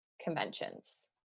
conventions